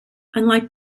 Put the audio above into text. unlike